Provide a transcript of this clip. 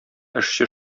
эшче